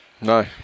No